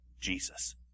Jesus